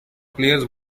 players